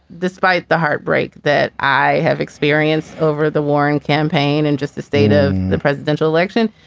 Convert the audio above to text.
despite the heartbreak that i have experienced over the warren campaign and just the state of the presidential election.